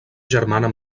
germana